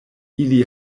ili